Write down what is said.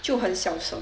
就很小声